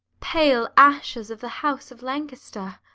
pale ashes of the house of lancaster!